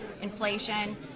inflation